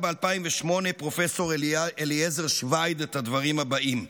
ב-2008 פרופ' אליעזר שביד את הדברים הבאים: